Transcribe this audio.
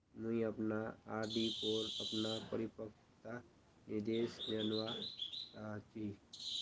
मुई अपना आर.डी पोर अपना परिपक्वता निर्देश जानवा चहची